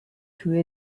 kühe